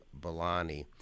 Bellani